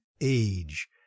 age